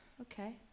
okay